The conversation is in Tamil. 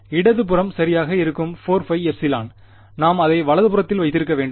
எனவே இடது புறம் சரியாக இருக்கும் 4πε நாம் அதை வலது புறத்தில் வைத்திருக்க முடியும்